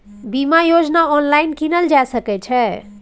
बीमा योजना ऑनलाइन कीनल जा सकै छै?